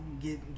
get